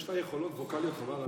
יש לה יכולות ווקאליות חבל על הזמן.